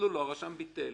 אז הרשם ביטל,